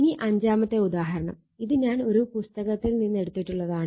ഇനി അഞ്ചാമത്തെ ഉദാഹരണം ഇത് ഞാൻ ഒരു പുസ്തകത്തിൽ നിന്നെടുത്തിട്ടുള്ളതാണ്